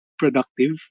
productive